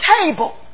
table